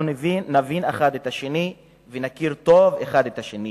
אנחנו נבין אחד את השני ונכיר טוב אחד את השני